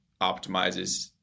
optimizes